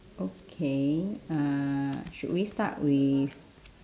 okay uh should we start with